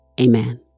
Amen